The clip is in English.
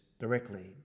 directly